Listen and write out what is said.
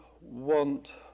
want